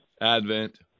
Advent